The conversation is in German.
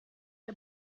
der